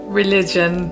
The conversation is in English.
religion